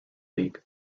league